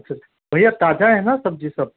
अच्छा अच्छा भैया ताज़ा है ना सब्ज़ी सब